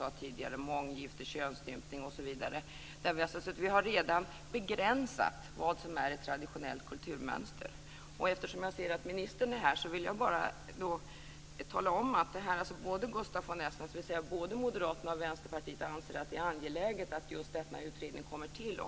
Det gäller månggifte, könsstympning osv. Vi har alltså redan begränsat vad som är ett traditionellt kulturmönster. Eftersom jag ser att ministern är här vill jag tala om att både Moderaterna och Vänsterpartiet anser att det är angeläget att denna utredning kommer till.